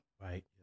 Right